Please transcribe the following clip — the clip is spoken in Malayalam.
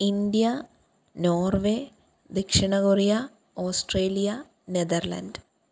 ഇന്ത്യ നോർവേ ദക്ഷിണ കൊറിയ ഓസ്ട്രേലിയ നെതർലൻഡ്